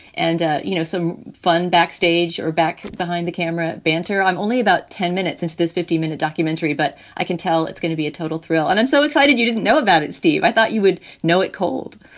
and, ah you know, some fun backstage or back behind the camera banter on only about ten minutes into this fifty minute documentary. but i can tell it's gonna be a total thrill. and i'm so excited. you didn't know about it, steve. i thought you would know it cold.